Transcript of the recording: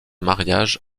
mariage